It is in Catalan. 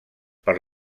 per